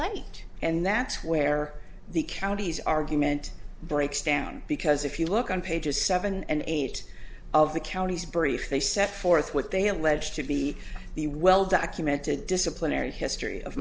late and that's where the county's argument breaks down because if you look on pages seven and eight of the counties brief they set forth what they allege to be the well documented disciplinary history of